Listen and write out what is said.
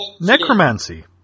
necromancy